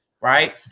right